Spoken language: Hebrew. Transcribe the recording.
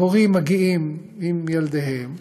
הורים מגיעים עם ילדיהם,